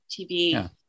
TV